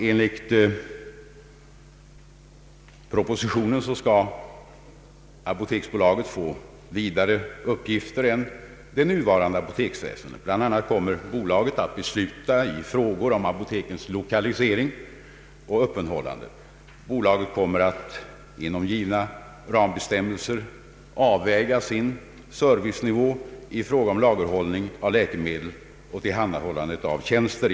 Enligt propositionen skall apoteksbolaget få vidare uppgifter än det nuvarande apoteksväsendet. Bland annat kommer bolaget att besluta i frågor om apotekens lokalisering och öppethållande. Bolaget kommer — inom givna rambestämmelser — att avväga sin servicenivå i fråga om lagerhållning av läkemedel och tillhandahållande av tjänster.